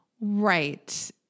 Right